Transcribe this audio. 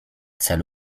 cel